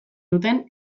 duten